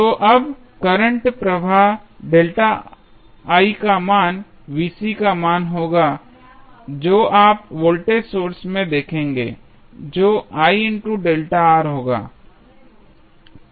तो अब करंट प्रवाह का मान का मान होगा जो आप वोल्टेज सोर्स में देखेंगे जो होगा